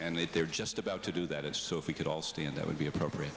and they're just about to do that is so if we could all stand that would be appropriate